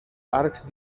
arcs